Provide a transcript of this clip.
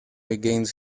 regains